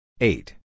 Eight